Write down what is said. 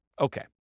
Okay